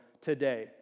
today